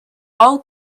all